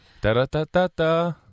Da-da-da-da-da